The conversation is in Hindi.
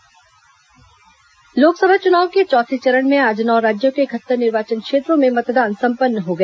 लोकसभा चुनाव चौथा चरण लोकसभा चुनाव के चौथे चरण में आज नौ राज्यों के इकहत्तर निर्वाचन क्षेत्रों में मतदान संपन्न हो गया